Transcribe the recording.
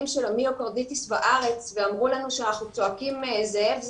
של המיוקרדיטיס בארץ ואמרו לנו שאנחנו צועקים "זאב,